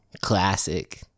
classic